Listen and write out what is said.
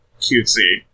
cutesy